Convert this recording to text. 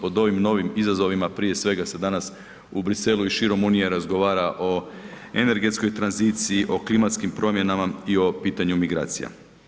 Pod ovim novim izazovima prije svega se danas u Bruxellesu i širom unije razgovara o energetskoj tranziciji, o klimatskim promjenama i o pitanju migracija.